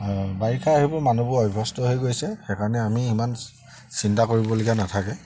বাৰিষা এইবোৰ মানুহবোৰ অভ্যস্ত হৈ গৈছে সেইকাৰণে আমি ইমান চিন্তা কৰিবলগীয়া নাথাকে